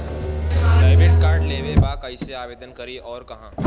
Debit card लेवे के बा कइसे आवेदन करी अउर कहाँ?